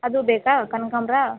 ಅದೂ ಬೇಕಾ ಕನಕಾಂಬ್ರ